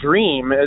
dream